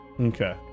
Okay